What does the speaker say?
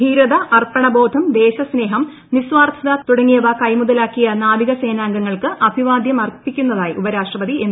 ധീരത അർപ്പണബോധം ദേശസ്നേഹം നിസ്വാർത്ഥത തുടങ്ങിയവ കൈമുതലാക്കിയ നാവിക സേനാംഗങ്ങൾക്ക് അഭിവാദ്യം അർപ്പിക്കുന്നതായി ഉപരാഷ്ട്രപതി എം